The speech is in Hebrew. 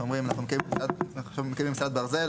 שאומרים אנחנו עכשיו מקימים מסילת ברזל,